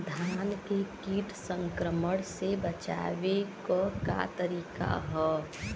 धान के कीट संक्रमण से बचावे क का तरीका ह?